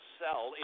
sell